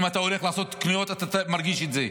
אם אתה הולך לעשות קניות, אתה מרגיש את זה,